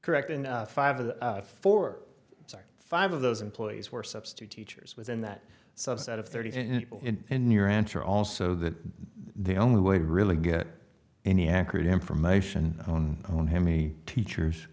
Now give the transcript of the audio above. correct and five of the four or five of those employees were substitute teachers within that subset of thirty and in your answer also that the only way to really get any accurate information on when himi teachers